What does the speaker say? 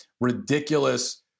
ridiculous